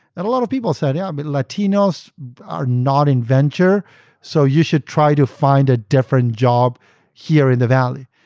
and a lot of people said, yeah but aeuroelatinos are not in venture so you should try to find a different job here in the valley.